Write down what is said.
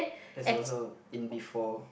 that's also in before